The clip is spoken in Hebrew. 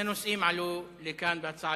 עלו לכאן בהצעה